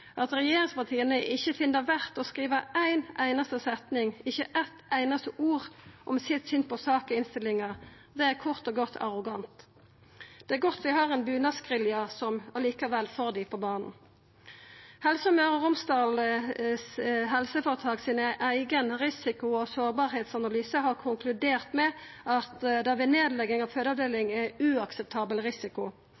At regjeringspartia ikkje finn det verdt å skriva ei einaste setning, ikkje eitt einaste ord om sitt syn på saka i innstillinga, er kort og godt arrogant. Det er godt vi har ein bunadsgerilja som likevel får dei på banen. Helse Møre og Romsdals eigen risiko- og sårbarheitanalyse har konkludert med at det er uakseptabel risiko ved nedlegging av